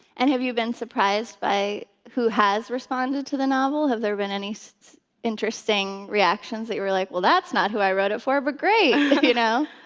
and have you been surprised by who has responded to the novel? have there been any so interesting reactions that you were like, well, that's not who i wrote it for, but great. you know?